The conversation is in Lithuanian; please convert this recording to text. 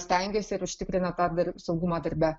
stengiasi ir užtikrina tą dar saugumą darbe